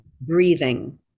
breathing